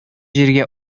җиргә